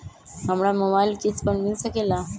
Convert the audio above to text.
हमरा मोबाइल किस्त पर मिल सकेला?